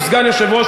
הוא סגן היושב-ראש,